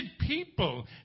people